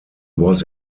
was